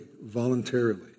voluntarily